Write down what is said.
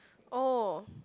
oh